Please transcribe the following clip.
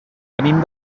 venim